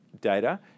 data